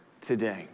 today